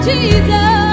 Jesus